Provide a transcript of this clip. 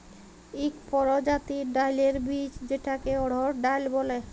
ইক পরজাতির ডাইলের বীজ যেটাকে অড়হর ডাল ব্যলে